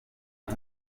uwo